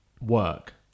work